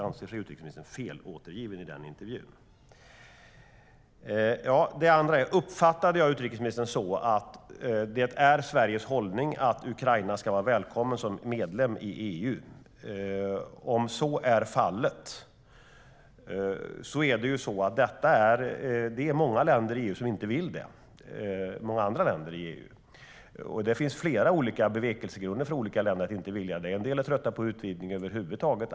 Anser sig utrikesministern felåtergiven i den intervjun? Det andra är: Ska jag uppfatta utrikesministern som att det är Sveriges hållning att Ukraina ska vara välkommet som medlem i EU? Det är många andra länder i EU som inte vill det. Det finns flera olika bevekelsegrunder för olika länder att inte vilja det. En del är trötta på utvidgning över huvud taget.